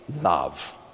love